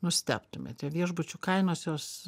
nustebtumėte viešbučių kainos jos